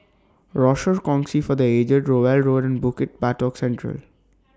Rochor Kongsi For The Aged Rowell Road and Bukit Batok Central